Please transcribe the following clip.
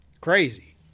Crazy